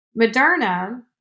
Moderna